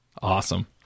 Awesome